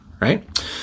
right